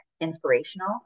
inspirational